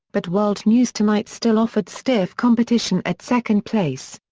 but world news tonight still offered stiff competition at second place.